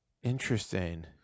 Interesting